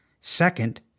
Second